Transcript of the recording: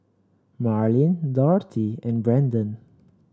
Marlyn Dorthy and Brandon